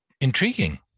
intriguing